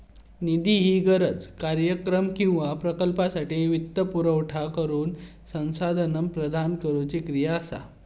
निधी ही गरज, कार्यक्रम किंवा प्रकल्पासाठी वित्तपुरवठा करुक संसाधना प्रदान करुची क्रिया असा